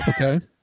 Okay